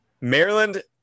Maryland